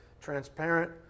transparent